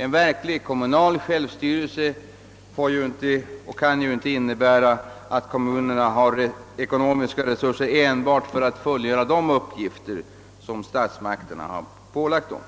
En verklig kommunal självstyrelse kan ju inte innebära att kommunerna skall ha ekonomiska resurser enbart för att fullgöra de uppgifter som statsmakterna pålagt dem.